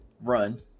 run